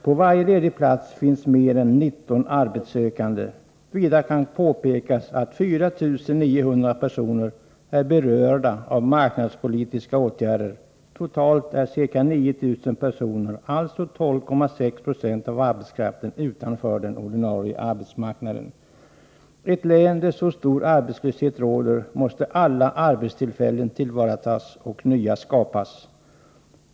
På varje ledig plats finns mer än 19 arbetssökande. Vidare kan påpekas att 4 900 personer är berörda av arbetsmarknadspolitiska åtgärder. Totalt är ca 9 000 personer, eller 12,6 20 av arbetskraften, utanför den ordinarie arbetsmarknaden. I ett län där så stor arbetslöshet råder måste alla arbetstillfällen tillvaratas och nya skapas.